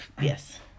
yes